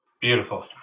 Beautiful